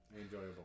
enjoyable